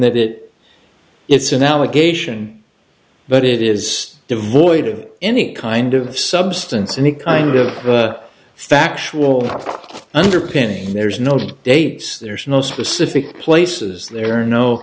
that it it's an allegation but it is devoid of any kind of substance any kind of factual underpinning there is no dates there's no specific places there are no